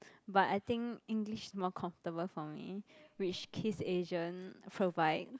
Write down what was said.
but I think English more comfortable for me which Kiss Asian provide